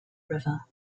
river